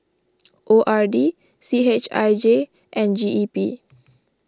O R D C H I J and G E P